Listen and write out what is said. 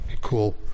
cool